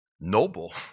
noble